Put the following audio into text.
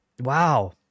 Wow